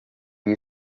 you